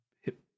Hip